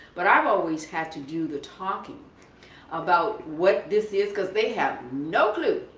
but i've always had to do the talking about what this is because they have no clue.